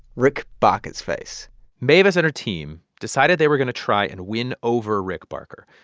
rick barker's face mavis and her team decided they were going to try and win over rick barker.